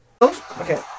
Okay